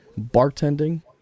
bartending